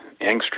Angstrom